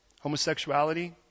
Homosexuality